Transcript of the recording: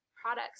products